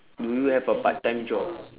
do you have a part time job